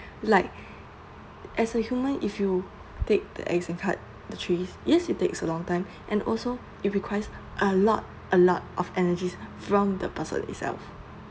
like as a human if you take the axe and cut the trees yes it takes a long time and also it requires a lot a lot of energy from the person itself